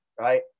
right